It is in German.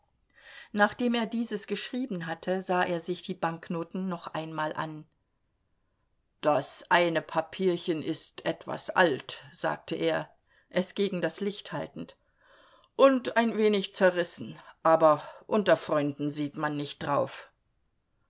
nachdem er dieses geschrieben hatte sah er sich die banknoten noch einmal an das eine papierchen ist etwas alt sagte er es gegen das licht haltend und ein wenig zerrissen aber unter freunden sieht man nicht darauf